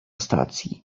stacji